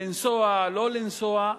לנסוע או לא לנסוע,